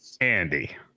Andy